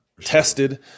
tested